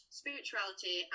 spirituality